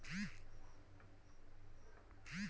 এখনো লোনের কত টাকা আসল ও কত টাকা সুদ দিয়েছি জানা যাবে কি?